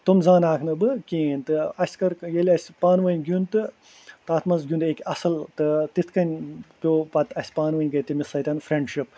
تِم زانہٕ ہکھ نہٕ بہٕ کِہیٖنۍ تہِ اَسہِ کٔر ییٚلہِ اَسہِ پانہٕ ؤنۍ گیُنٛد تہٕ تتھ منٛز گیُنٛد أکۍ اَصٕل تہٕ تتھ کٔنۍ پیوٚ پتہٕ اَسہِ پانہٕ ؤنۍ گٔے تٔمس سۭتۍ فرٮ۪نٛڈشٕپ